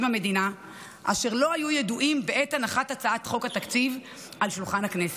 המדינה אשר לא היו ידועים בעת הנחת הצעת חוק התקציב על שולחן הכנסת.